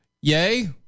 yay